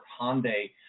Hyundai